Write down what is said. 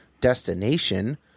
destination